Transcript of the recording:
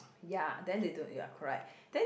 ya then they don't you're correct